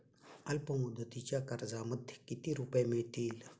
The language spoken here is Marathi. अल्पमुदतीच्या कर्जामध्ये किती रुपये मिळतील?